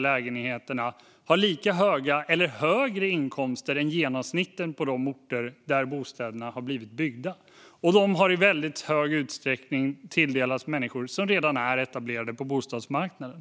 lägenhetskontrakt har lika höga eller högre inkomster än genomsnittet på de orter där bostäderna har byggts. I stor utsträckning har de tilldelats människor som redan är etablerade på bostadsmarknaden.